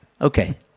Okay